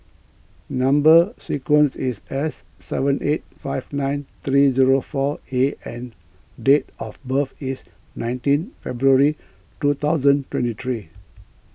Number Sequence is S seven eight five nine three zero four A and date of birth is nineteen February two thousand twenty three